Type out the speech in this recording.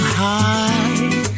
high